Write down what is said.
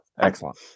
Excellent